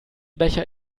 becher